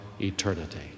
eternity